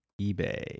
eBay